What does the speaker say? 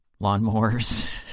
lawnmowers